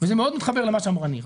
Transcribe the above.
וזה מאוד מתחבר למה שאמרה נירה.